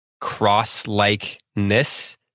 cross-likeness